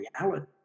reality